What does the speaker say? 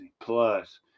plus